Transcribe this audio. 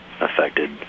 affected